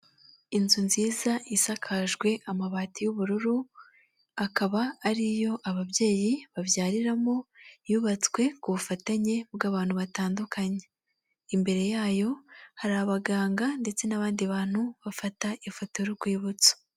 Inzu nziza isakajwe amabati y'ubururu akaba ariyo ababyeyi babyariramo yubatswe ku bufatanye bw'abantu batandukanye imbere yayo hari abaganga ndetse n'abandi bantu bafata ifoto y'urwibutso.